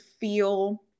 feel